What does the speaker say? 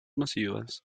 masivas